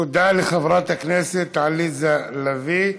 תודה לחברת הכנסת עליזה לביא.